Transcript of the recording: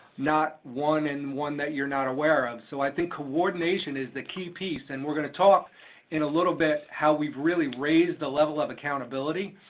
not one and one that you're not aware of. so i think coordination is the key piece, and we're gonna talk in a little bit how we've really raised the level of accountability,